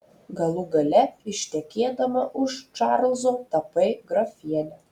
galų gale ištekėdama už čarlzo tapai grafiene